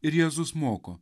ir jėzus moko